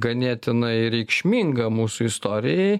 ganėtinai reikšminga mūsų istorijai